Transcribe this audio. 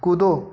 कूदो